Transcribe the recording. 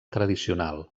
tradicional